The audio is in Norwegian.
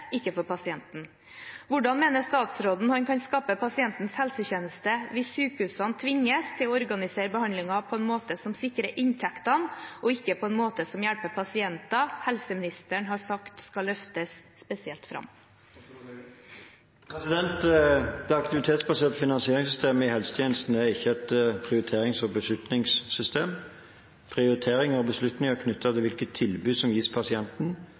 ikke for pasienten. Hvordan mener statsråden han kan skape pasientens helsetjeneste hvis sykehusene tvinges til å organisere behandlingen på en måte som sikrer inntektene, og ikke på en måte som hjelper pasienter helseministeren har sagt skal løftes spesielt fram?» Det aktivitetsbaserte finansieringssystemet i helsetjenesten er ikke et prioriterings- og beslutningssystem. Prioriteringer og beslutninger knyttet til hvilket tilbud som gis pasienten,